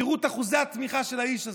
תראו את אחוזי התמיכה באיש הזה.